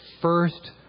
first